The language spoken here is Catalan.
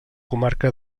comarca